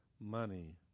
money